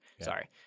Sorry